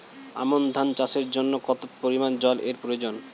আমন ধান চাষের জন্য কত পরিমান জল এর প্রয়োজন?